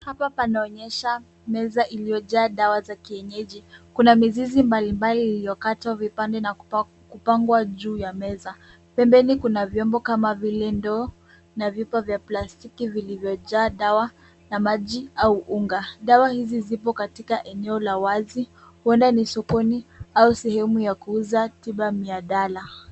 Hapa panaonyesha meza iliyojaa dawa za kienyeji. Kuna mizizi mbalimbali iliyokatwa vipande na kupangwa juu ya meza. Pembeni kuna vyombo kama vile ndoo na vyupa vya plastiki vilivyojaa dawa na maji au unga. Dawa hizi zipo katika eneo la wazi huenda ni sokoni au sehemu ya kuuza tiba miadala.